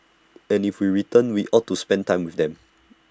and if we return we ought to spend time with them